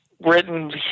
written